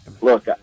look